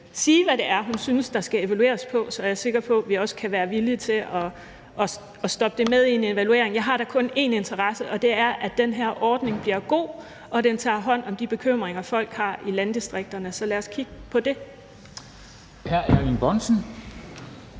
sige, hvad det er, hun synes at der skal evalueres på. Så er jeg sikker på, at vi også kan være villige til at stoppe det med ind i en evaluering. Jeg har da kun én interesse, og det er, at den her ordning bliver god, og at den tager hånd om de bekymringer, folk har i landdistrikterne, så lad os kigge på det. Kl. 13:45 Formanden